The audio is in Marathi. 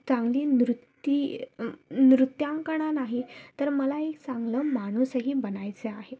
चांगली नृत्ती नृत्यांगना नाही तर मला एक चांगलं माणूसही बनायचे आहे